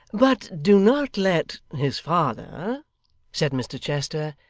but do not let his father said mr chester,